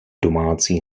domácí